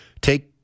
take